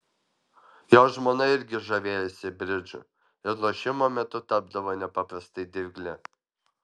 jo žmona irgi žavėjosi bridžu ir lošimo metu tapdavo nepaprastai dirgli